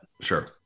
Sure